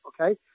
okay